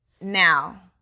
Now